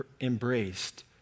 embraced